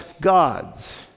gods